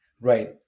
Right